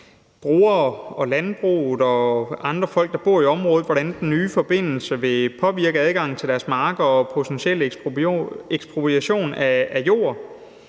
brugere og landbruget og andre folk, der bor i området, om, hvordan den nye forbindelse vil påvirke adgangen til deres marker og om den potentielle ekspropriation af jord.